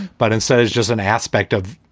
but instead is just an aspect of